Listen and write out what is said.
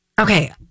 okay